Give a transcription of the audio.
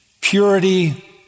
purity